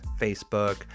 Facebook